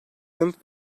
yanıt